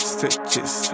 Stitches